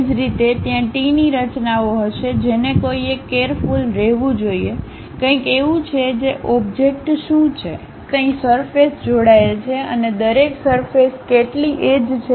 એ જ રીતે ત્યાં ટી ની રચનાઓ હશે જેને કોઈએ કેરફૂલ રહેવું જોઈએ કંઈક એવું છે જે ઓબ્જેક્ટ શું છે કઈ સરફેસ જોડાયેલ છે અને દરેક સરફેસ કેટલી એજ છે